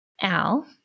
Al